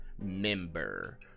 member